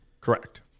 correct